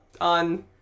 On